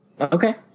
Okay